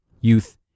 youth